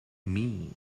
mean